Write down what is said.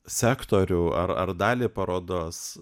sektorių ar ar dalį parodos